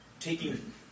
taking